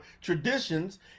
traditions